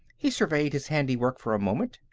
he surveyed his handiwork for a moment,